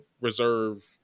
Reserve